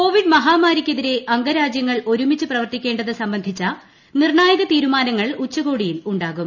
Covid മഹാമാരിക്കെതിരെ അംഗരാജ്യങ്ങൾ ഒരുമിച്ച് പ്രവർത്തിക്കേണ്ടത് സംബന്ധിച്ച നിർണ്ണായക തീരുമാനങ്ങൾ ഉച്ചകോടിയിൽ ഉണ്ടാകും